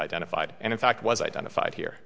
identified and in fact was identified here